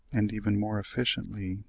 and even more effectively,